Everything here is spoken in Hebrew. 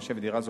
דירה זו